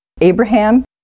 Abraham